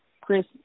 Chris